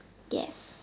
guess